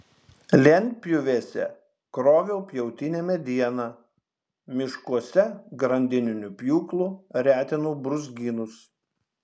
lentpjūvėse kroviau pjautinę medieną miškuose grandininiu pjūklu retinau brūzgynus